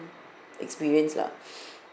experience lah